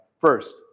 First